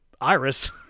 Iris